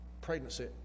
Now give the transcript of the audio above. pregnancy